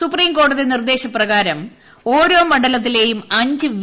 സുപ്രീംകോടതി നിർദ്ദേശപ്രകാരം ഓരോ മണ്ഡലത്തിലെയും അഞ്ച് വി